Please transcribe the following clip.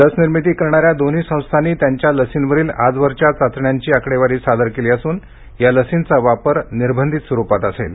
लसनिर्मिती करणाऱ्या दोन्ही संस्थांनी त्यांच्या लर्सीवरील आजवरच्या चाचण्यांची आकडेवारी सादर केली असून या लर्सीचा वापर निर्बंधित स्वरुपात असेल